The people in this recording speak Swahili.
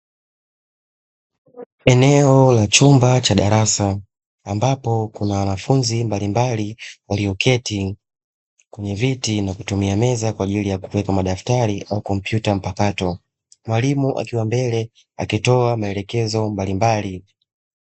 Eneo la chumba cha darasa, ambapo kuna wanafunzi mbalimbali walioketi kwenye viti na kutumia meza kwa ajili ya kuweka madaftari au kompyuta mpakato. Mwalimu akiwa mbele akitoa maelekezo mbalimbali.